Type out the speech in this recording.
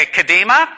Kadima